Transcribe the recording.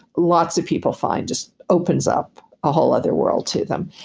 lots of people find just opens up a whole other world to them.